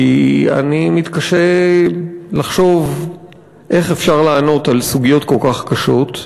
כי אני מתקשה לחשוב איך אפשר לענות על סוגיות כל כך קשות,